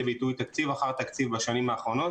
ביטוי בתקציב אחר תקציב בשנים האחרונות